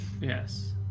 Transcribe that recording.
Yes